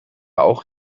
auch